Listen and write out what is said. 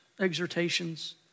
exhortations